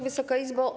Wysoka Izbo!